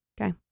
okay